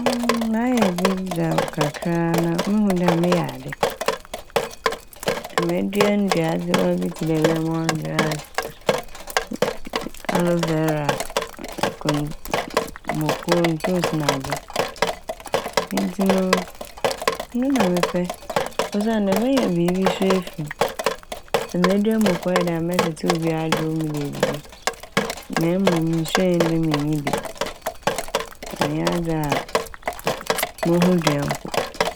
mayɛ bi da kakra a na mehu dɛ meyɛ ade. Medua nduazewa bi tse dɛ "lemon grass" "aloe vera" kon- muoko, ntos nadze ntsi no eno na mepɛ osiandɛ menya biibi so efi m'. Sɛ medua muoko a ɔyɛ dɛn a mɛtsetsew bi adwow mede edidi na mom nhyiren de minnyi bi ɔnnyɛ adze a mohu dua mpo.